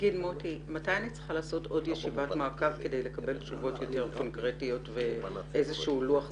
מתי נעשה עוד ישיבה על מנת לקבל תשובות קונקרטיות ולוח זמנים.